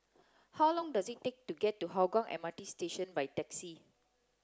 how long does it take to get to Hougang M R T Station by taxi